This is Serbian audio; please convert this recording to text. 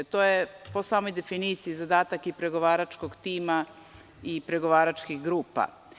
To je po samoj definiciji zadatak pregovaračkog tima i pregovaračkih grupa.